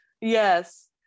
yes